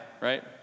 Right